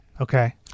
Okay